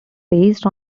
based